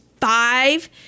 five